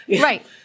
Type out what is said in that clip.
Right